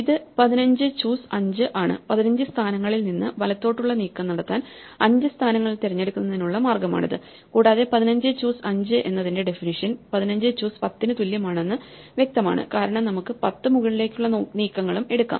ഇത് 15 ചൂസ് 5 ആണ് 15 സ്ഥാനങ്ങളിൽ നിന്ന് വലത്തോട്ടുള്ള നീക്കം നടത്താൻ 5 സ്ഥാനങ്ങൾ തിരഞ്ഞെടുക്കുന്നതിനുള്ള മാർഗ്ഗമാണിത് കൂടാതെ 15 ചൂസ് 5 എന്നതിന്റെ ഡെഫിനിഷ്യൻ 15 ചൂസ് 10 ന് തുല്യമാണെന്ന് വ്യക്തമാണ് കാരണം നമുക്ക് 10 മുകളിലേക്കുള്ള നീക്കങ്ങളും എടുക്കാം